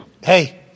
Hey